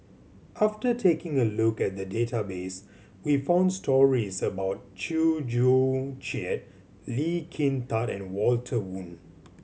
after taking a look at the database we found stories about Chew Joo Chiat Lee Kin Tat and Walter Woon